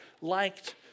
liked